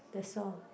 that's all